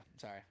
sorry